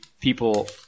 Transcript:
people